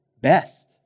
best